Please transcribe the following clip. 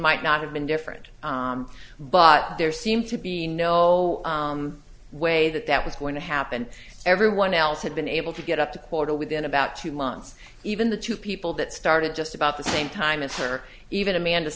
might not have been different but there seemed to be no way that that was going to happen everyone else had been able to get up the quota within about two months even the two people that started just about the same time as or even amanda